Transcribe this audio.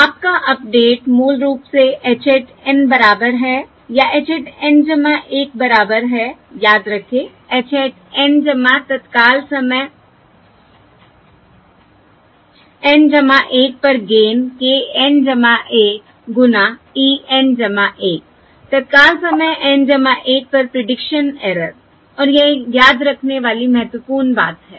आपका अपडेट मूल रूप से h hat N बराबर है या h hat N 1 बराबर है याद रखें h hat N तत्काल समय N 1 पर गेन k N 1 गुना e N 1 तत्काल समय N 1 पर प्रीडिक्शन एरर और यह याद रखने वाली महत्वपूर्ण बात है